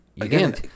Again